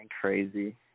crazy